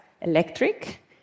Electric